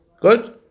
Good